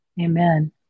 Amen